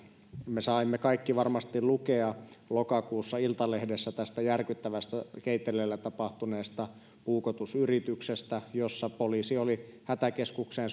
me saimme kaikki varmasti lukea lokakuussa iltalehdessä tästä järkyttävästä keiteleellä tapahtuneesta puukotusyrityksestä jossa poliisi oli hätäkeskuksen